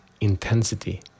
intensity